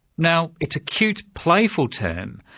now it's a cute, playful term,